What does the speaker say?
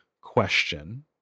question